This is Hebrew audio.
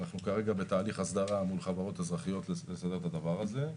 אנחנו כרגע בתהליך הסדרה מול חברות אזרחיות לסדר את הדבר הזה.